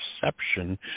perception